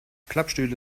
klappstühle